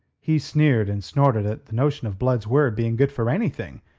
he sneered and snorted at the notion of blood's word being good for anything,